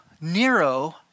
Nero